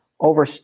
over